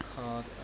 called